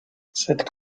cette